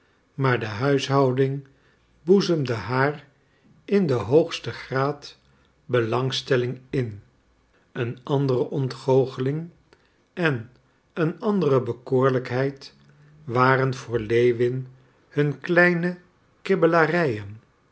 maar de huishouding boezemde haar in den hoogsten graad belangstelling in een andere ontgoocheling en een andere bekoorlijkheid waren voor lewin hun kleine